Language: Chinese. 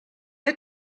翅膀